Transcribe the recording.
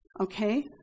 Okay